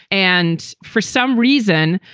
and for some reason,